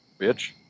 bitch